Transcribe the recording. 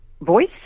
voice